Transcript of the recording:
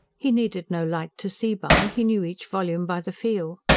he needed no light to see by he knew each volume by the feel.